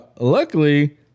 luckily